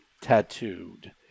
tattooed